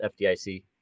FDIC